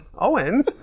Owen